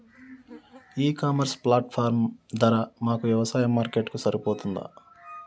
ఈ e commerce platform ధర మా వ్యవసాయ బడ్జెట్ కు సరిపోతుందా?